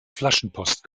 flaschenpost